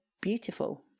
beautiful